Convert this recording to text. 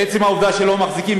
עצם העובדה שלא מחזיקים,